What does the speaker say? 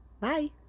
Bye